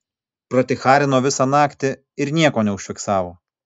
praticharino visą naktį ir nieko neužfiksavo